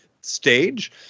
stage